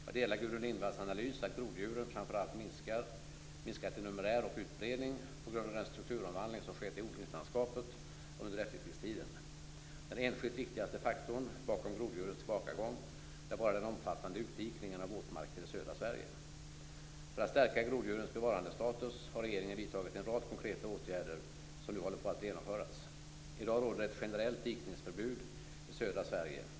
Jag delar Gudrun Lindvalls analys att groddjuren framför allt minskat i numerär och utbredning på grund av den strukturomvandling som skett i odlingslandskapet under efterkrigstiden. Den enskilt viktigaste faktorn till groddjurens tillbakagång lär vara den omfattande utdikningen av våtmarker i södra För att stärka groddjurens bevarandestatus har regeringen vidtagit en rad konkreta åtgärder som nu håller på att genomföras. Sverige.